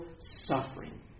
suffering